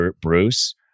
Bruce